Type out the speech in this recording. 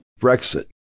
Brexit